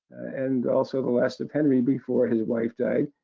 and also the last of henry before his wife died.